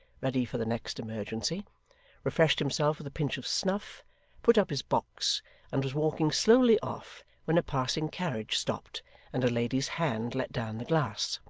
ready for the next emergency refreshed himself with a pinch of snuff put up his box and was walking slowly off, when a passing carriage stopped and a lady's hand let down the glass.